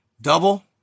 double